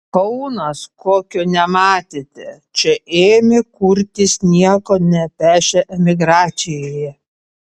kaunas kokio nematėte čia ėmė kurtis nieko nepešę emigracijoje